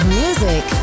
music